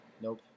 Nope